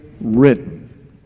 written